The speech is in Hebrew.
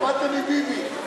ביבי.